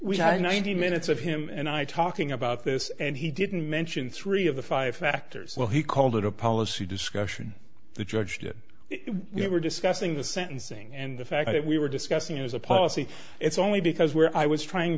had ninety minutes of him and i talking about this and he didn't mention three of the five factors well he called it a policy discussion the judge that we were discussing the sentencing and the fact that we were discussing as a policy it's only because where i was trying